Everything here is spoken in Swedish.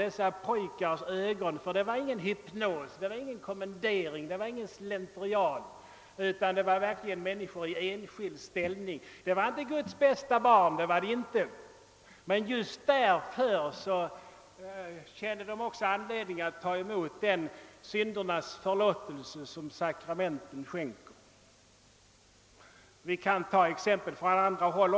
Det var inte fråga om någon hypnos, eller om kommendering och slentrian, utan om människor i enskild ställning. De var inte Guds bästa barn, men just därför kände de också anledning att ta emot den syndernas förlåtelse som sakramenten skänker. Det finns också andra exempel.